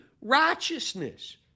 righteousness